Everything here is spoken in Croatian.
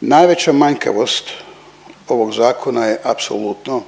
Najveća manjkavost ovog zakona je apsolutno